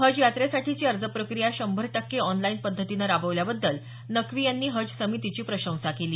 हज यात्रेसाठीची अर्जप्रक्रिया शंभर टक्के ऑनलाईन पद्धतीनं राबवल्याबद्दल नक्की यांनी हज समितीची प्रशंसा केली